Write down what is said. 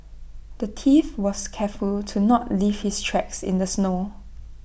the thief was careful to not leave his tracks in the snow